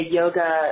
yoga